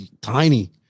tiny